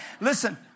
listen